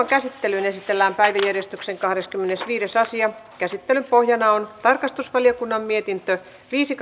käsittelyyn esitellään päiväjärjestyksen kahdeskymmenesviides asia käsittelyn pohjana on tarkastusvaliokunnan mietintö viisi